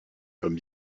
comme